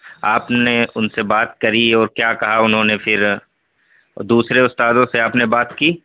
آپ نے ان سے بات کری اور کیا کہا انہوں نے پھر او دوسرے استادوں سے آپ نے بات کی